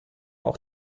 auch